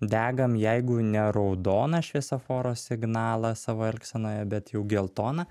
degam jeigu ne raudoną šviesoforo signalą savo elgsenoje bet jau geltoną